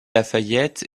lafayette